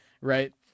Right